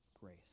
grace